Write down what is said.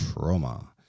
Trauma